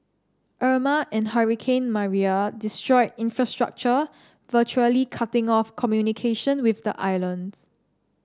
Irma and hurricane Maria destroyed infrastructure virtually cutting off communication with the islands